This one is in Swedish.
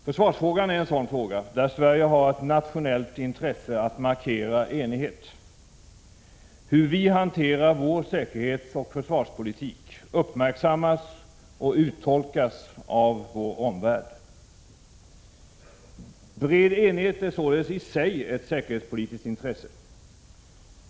Försvarsfrågan är en sådan fråga, där Sverige har ett nationellt intresse att markera enighet. Hur vi hanterar vår säkerhetsoch försvarspolitik uppmärksammas och uttolkas i vår omvärld. Bred enighet är således i sig ett säkerhetspolitiskt intresse.